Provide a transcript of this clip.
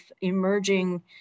emerging